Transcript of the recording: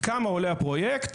כמה עולה הפרויקט,